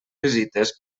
visites